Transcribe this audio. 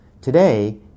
Today